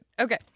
Okay